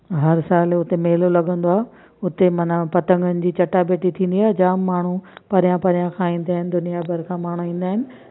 हर सालु हुते मेलो लॻंदो आ उते माना पतंगनि जी चटाभेटी थींदी आहे जाम माण्हू परियां परियां खां ईंदा आहिनि दुनिया भर खां माण्हू ईंदा आहिनि